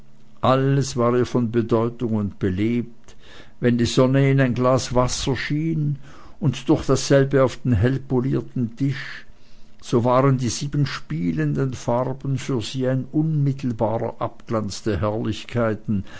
alles war ihr von bedeutung und belebt wenn die sonne in ein glas wasser schien und durch dasselbe auf den hellpolierten tisch so waren die sieben spielenden farben für sie ein unmittelbarer abglanz der herrlichkeiten